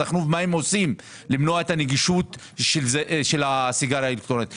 החינוך ולומר מה הם עושים כדי למנוע את הנגישות לסיגריה האלקטרונית.